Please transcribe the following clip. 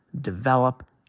develop